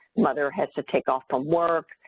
mother has to take off from work,